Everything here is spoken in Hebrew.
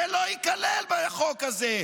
זה לא ייכלל בחוק הזה,